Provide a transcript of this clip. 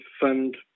fund